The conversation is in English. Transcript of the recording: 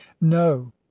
no